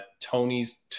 Tony's